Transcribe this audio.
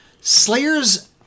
Slayer's